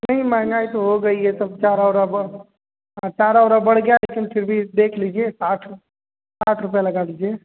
नहीं महँगाई तो हो गई है सब चारा ऊरा बढ़ हाँ चारा ऊरा बढ़ गया है लेकिन फिर भी देख लीजिए साठ साठ रुपया लगा दीजिए